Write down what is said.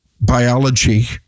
biology